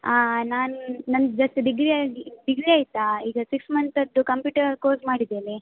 ನಾನು ನಂದು just degree ಆಗಿ ಡಿಗ್ರಿ ಆಯಿತಾ ಈಗ ಸಿಕ್ಸ್ ಮಂತದ್ದು ಕಂಪ್ಯೂಟರ್ ಕೋರ್ಸ್ ಮಾಡಿದ್ದೇನೆ